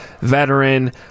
Veteran